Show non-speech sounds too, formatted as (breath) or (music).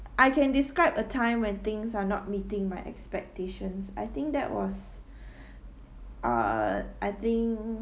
I can describe a time when things are not meeting my expectations I think that was (breath) uh I think